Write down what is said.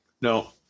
no